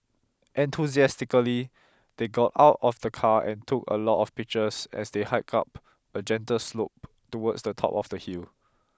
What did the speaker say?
enthusiastically they got out of the car and took a lot of pictures as they hike up a gentle slope towards the top of the hill